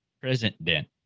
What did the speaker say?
President